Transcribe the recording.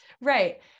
right